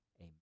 amen